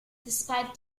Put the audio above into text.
despite